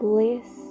Bliss